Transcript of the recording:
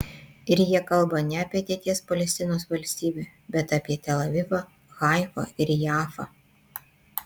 ir jie kalba ne apie ateities palestinos valstybę bet apie tel avivą haifą ir jafą